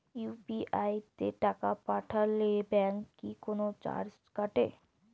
UPI তে টাকা পাঠালে ব্যাংক কি কোনো চার্জ কাটে?